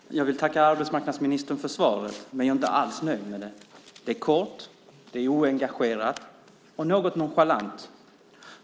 Fru talman! Jag vill tacka arbetsmarknadsministern för svaret, men jag är inte alls nöjd med det. Det är kort, det är oengagerat och något nonchalant.